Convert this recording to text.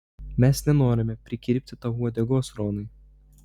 mes nenorime prikirpti tau uodegos ronai